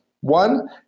One